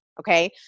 Okay